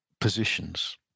positions